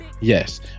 Yes